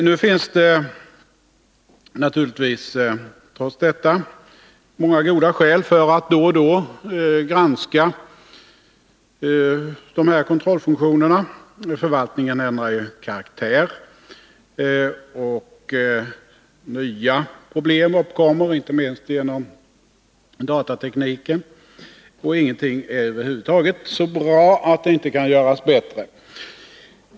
Det finns naturligtvis trots detta många goda skäl för att då och då granska de kontrollfunktioner som finns. Förvaltningen ändrar karaktär, och nya problem uppkommer, inte minst genom datatekniken. Ingenting är över huvud taget så bra att det inte kan göras bättre.